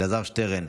אלעזר שטרן,